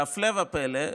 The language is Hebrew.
והפלא ופלא,